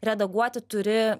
redaguoti turi